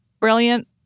brilliant